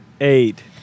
eight